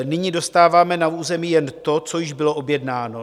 Nyní dostáváme na území jen to, co již bylo objednáno.